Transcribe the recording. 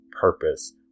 purpose